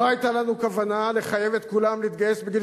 לא היתה לנו כוונה לחייב את כולם להתגייס בגיל